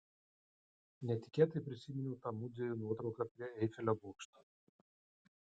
netikėtai prisiminiau tą mudviejų nuotrauką prie eifelio bokšto